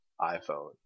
iPhone